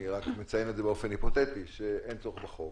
אני רק מציין את זה באופן היפותטי שאין צורך בחוק,